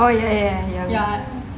oh ya ya ya